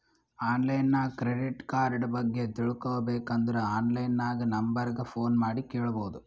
online ನಾಗ್ credit card ಬಗ್ಗೆ ತಿಳ್ಕೋಬೇಕ್ ಅಂದುರ್ ಆನ್ಲೈನ್ ನಾಗ್ ನಂಬರ್ ಗ ಫೋನ್ ಮಾಡಿ ಕೇಳ್ಬೋದು